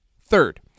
Third